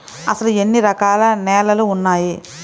అసలు ఎన్ని రకాల నేలలు వున్నాయి?